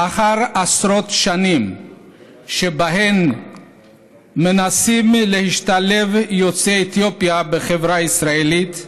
לאחר עשרות שנים שבהן מנסים להשתלב יוצאי אתיופיה בחברה הישראלית,